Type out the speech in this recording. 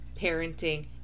parenting